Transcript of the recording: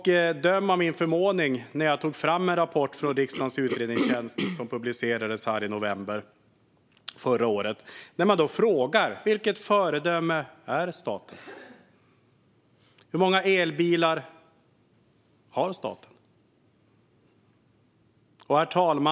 Döm om min förvåning när jag tog fram en rapport från riksdagens utredningstjänst, som publicerades i november förra året, där man frågade vilket föredöme staten är: Hur många elbilar har staten?